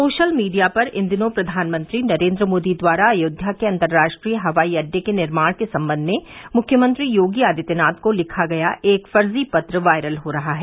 social media पर इन दिनों प्रधानमंत्री नरेन्द्र मोदी द्वारा अयोध्या के अन्तर्राष्ट्रीय हवाई अड्डे के निर्माण के सम्बन्ध में मुख्यमंत्री योगी आदित्यनाथ को लिखा गया एक फर्जी पत्र वायरल हो रहा है